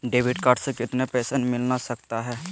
Debit card से कितने पैसे मिलना सकता हैं?